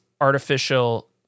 artificial